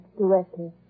directly